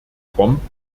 bomben